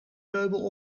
meubel